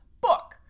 book